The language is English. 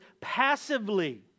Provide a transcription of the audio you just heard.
passively